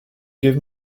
give